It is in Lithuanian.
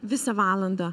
visą valandą